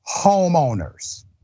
homeowners